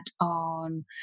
on